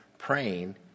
Praying